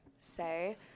say